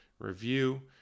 review